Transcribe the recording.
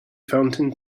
fountain